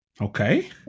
Okay